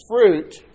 fruit